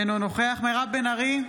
אינו נוכח מירב בן ארי,